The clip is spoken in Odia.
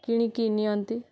କିଣିକି ନିଅନ୍ତି